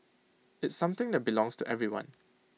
it's something that belongs to everyone